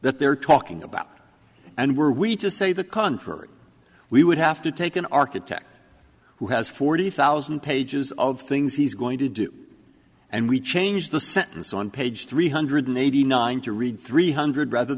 that they're talking about and were we to say the contrary we would have to take an architect who has forty thousand pages of things he's going to do and we change the sentence on page three hundred eighty nine to read three hundred rather